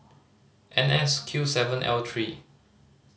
N S Q seven L three